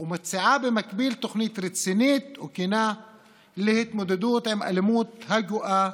ומציעה במקביל תוכנית רצינית וכנה להתמודדות עם האלימות הגואה